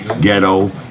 Ghetto